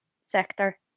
sector